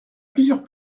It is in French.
plusieurs